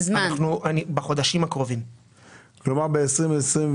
אלה אנשים שמחכים להיכנס לבתי גיל זהב